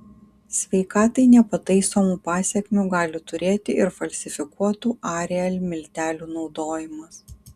sveikatai nepataisomų pasekmių gali turėti ir falsifikuotų ariel miltelių naudojimas